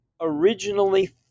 originally